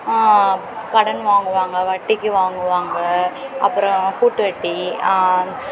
கடன் வாங்குவாங்க வட்டிக்கு வாங்குவாங்க அப்றம் கூட்டு வட்டி